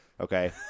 Okay